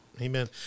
Amen